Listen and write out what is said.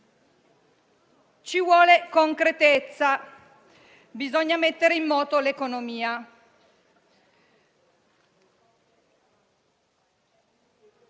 ci vuole concretezza: bisogna mettere in moto l'economia.